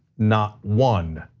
not one,